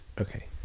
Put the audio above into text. Okay